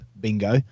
bingo